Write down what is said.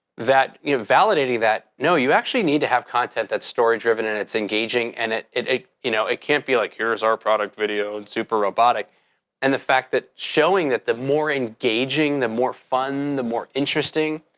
that you know validating that, no, you actually need to have content that's story-driven and it's engaging, and it it you know can't be like, here's our product, video and super robotic and the fact that, showing that the more engaging, the more fun, the more interesting,